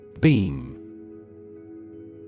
Beam